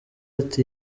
ati